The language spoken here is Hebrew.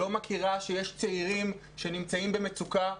לא מכירה בכך שיש צעירים שנמצאים במצוקה,